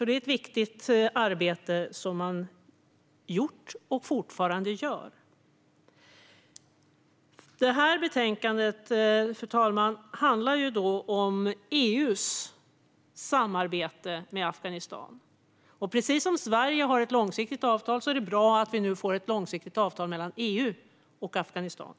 Det är ett viktigt arbete som har gjorts och fortfarande görs. Fru talman! Betänkandet handlar om EU:s samarbete med Afghanistan. Precis som Sverige har ett långsiktigt avtal är det bra att det nu blir ett långsiktigt avtal mellan EU och Afghanistan.